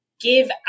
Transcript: give